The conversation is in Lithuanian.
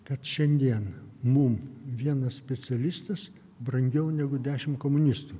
kad šiandien mum vienas specialistas brangiau negu dešim komunistų